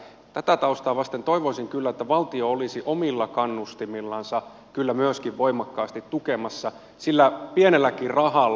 tätä taustaa vasten toivoisin kyllä että valtio olisi omilla kannustimillansa myöskin voimakkaasti tukemassa sillä pienelläkin rahalla